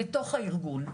בתוך הארגון,